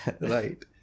Right